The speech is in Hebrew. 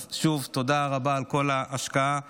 אז שוב, תודה רבה על כל ההשקעה והמאמץ.